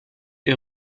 est